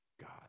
God